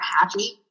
happy